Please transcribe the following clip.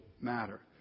matter